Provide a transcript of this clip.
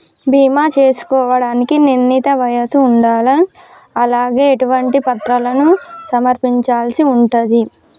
బీమా చేసుకోవడానికి నిర్ణీత వయస్సు ఉండాలా? అలాగే ఎటువంటి పత్రాలను సమర్పించాల్సి ఉంటది?